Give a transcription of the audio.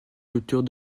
cultures